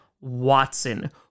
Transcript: Watson